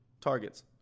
targets